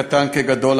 קטן כגדול,